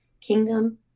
kingdom